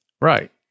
Right